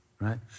right